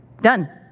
done